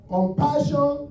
Compassion